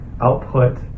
output